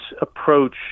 approach